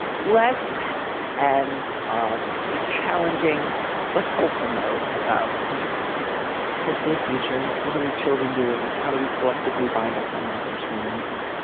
let's and on a challenging but hopeful note about you know hope for the future. what are the children doing. how do we collectively bind up one another's wounds.